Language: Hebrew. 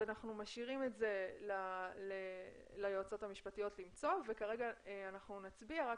אנחנו משאירים את זה ליועצות המשפטיות וכרגע אנחנו נצביע רק